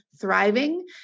thriving